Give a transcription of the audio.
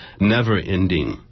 never-ending